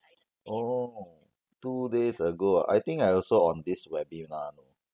oh two days ago ah I think I also on this webinar